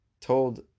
told